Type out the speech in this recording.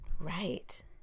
Right